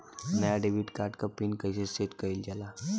नया debit card क pin कईसे सेट कईल जाला?